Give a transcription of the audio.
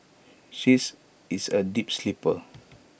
she is is A deep sleeper